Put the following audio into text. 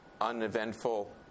uneventful